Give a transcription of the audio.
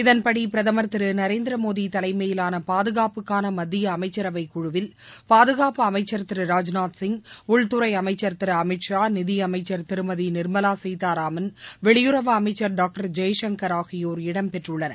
இதன்படிபிரதமர் திருநரேந்திரமோடிதலைமயிலானபாதுகாப்புக்கானமத்தியஅமைச்சரவைகுழுவில் பாதுகாப்பு அமைச்சர் திரு சிங் உள்துறைஅமைச்ச் திருஅமித்ஷா நிதியமைச்ச் திருமதிநிர்மவாசீதாராமன் வெளியுறவு ராஜ்நாத் அமைச்சர் டாக்டர் ஜெய்சங்கர் ஆகியோர் இடம் பெற்றுள்ளனர்